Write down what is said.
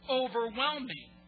overwhelming